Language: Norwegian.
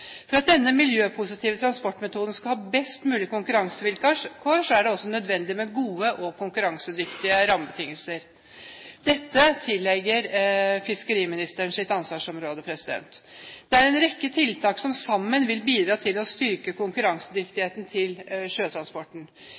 For at denne miljøpositive transportmetoden skal ha best mulig konkurransevilkår, er det også nødvendig med gode og konkurransedyktige rammebetingelser. Dette tilligger fiskeriministerens ansvarsområde. Det er en rekke tiltak som sammen vil bidra til å styrke konkurransedyktigheten til sjøtransporten.